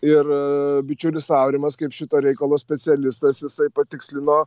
ir bičiulis aurimas kaip šito reikalo specialistas jisai patikslino